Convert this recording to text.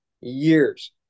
years